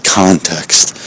context